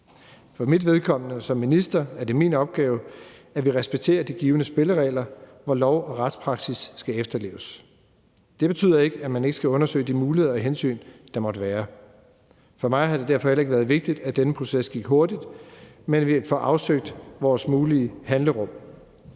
For mit vedkommende som minister er det min opgave, at vi respekterer de givne spilleregler, hvor lov og retspraksis skal efterleves. Det betyder ikke, at man ikke skal undersøge de muligheder og hensyn, der måtte være. For mig har det derfor heller ikke været vigtigt, at denne proces gik hurtigt, men at vi får afsøgt vores mulige handlerum.